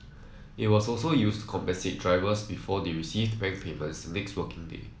it was also used to compensate drivers before they received bank payments the next working day